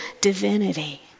divinity